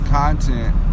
content